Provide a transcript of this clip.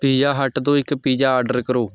pizza Hut ਤੋਂ ਇੱਕ pizza order ਕਰੋ